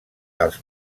als